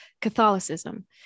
Catholicism